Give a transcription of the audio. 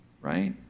Right